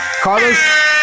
Carlos